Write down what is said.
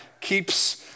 keeps